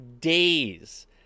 days